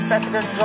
President